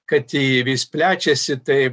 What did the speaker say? kad ji vis plečiasi taip